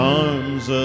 arms